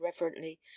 reverently